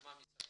למה משרד